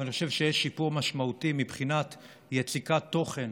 אבל אני חושב שיש שיפור משמעותי מבחינת יציקת תוכן